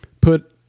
put